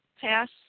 pass